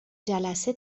جلسه